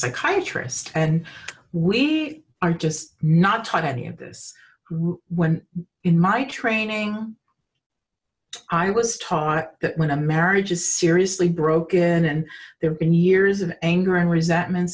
psychiatrist and we are just not taught any of this when in my training i was taught that my marriage is seriously broken and there been years of anger and resentment